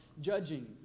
judging